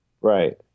Right